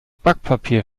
backpapier